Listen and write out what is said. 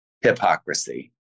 hypocrisy